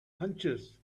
hunches